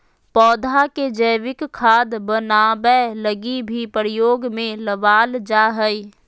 पौधा के जैविक खाद बनाबै लगी भी प्रयोग में लबाल जा हइ